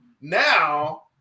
now